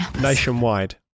nationwide